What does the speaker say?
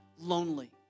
lonely